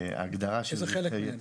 איזה חלק מהם?